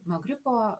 nuo gripo